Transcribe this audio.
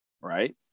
Right